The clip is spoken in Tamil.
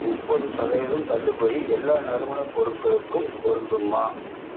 முப்பது சதவீதம் தள்ளுபடி எல்லா நறுமண பொருட்களுக்கும் பொருந்துமா